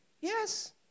Yes